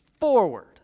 forward